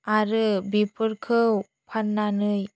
आरो बेफोरखौ फान्नानै